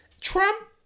Trump